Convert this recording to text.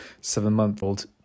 seven-month-old